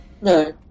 no